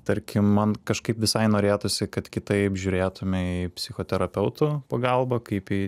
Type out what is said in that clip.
tarkim man kažkaip visai norėtųsi kad kitaip žiūrėtume į psichoterapeutų pagalbą kaip į